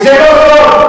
וזה לא סוד.